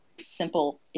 simple